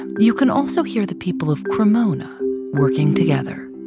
and you can also hear the people of cremona working together